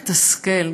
מתסכל,